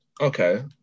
Okay